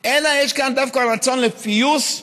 אלא יש כאן דווקא רצון לפיוס,